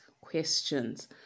questions